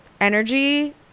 energy